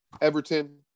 Everton